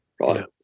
right